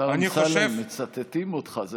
אני חושב, השר אמסלם, מצטטים אותך.